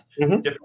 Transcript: different